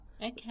Okay